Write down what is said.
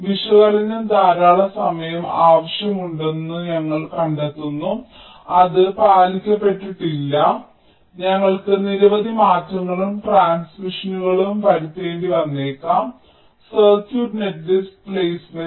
വിശകലനം ധാരാളം സമയ ആവശ്യകതകൾ ഉണ്ടെന്ന് ഞങ്ങൾ കണ്ടെത്തുന്നു അത് പാലിക്കപ്പെട്ടിട്ടില്ല ഞങ്ങൾക്ക് നിരവധി മാറ്റങ്ങളും ട്രാൻസ്മിഷനുകളും വരുത്തേണ്ടി വന്നേക്കാം സർക്യൂട്ട് നെറ്റ്ലിസ്റ്റ് പ്ലെയ്സ്മെന്റ്